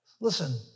Listen